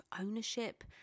ownership